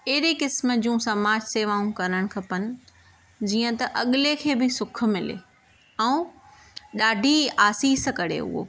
अहिड़ी क़िस्म जूं समाज सेवाऊं करणु खपनि जीअं त अॻिले खे बि सुखु मिले ऐं ॾाढी आसीसु करे उहो